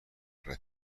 red